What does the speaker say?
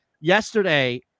yesterday